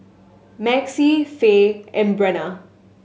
Maxie Fae and Brenna